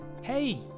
Hey